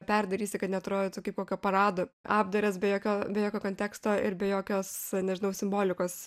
perdarysi kad neatrodytų kaip kokio parado apdaras be jokio be jokio konteksto ir be jokios nežinau simbolikos